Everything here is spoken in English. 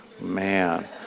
Man